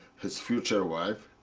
his future wife,